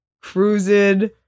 cruising